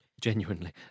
Genuinely